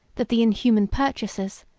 that the inhuman purchasers,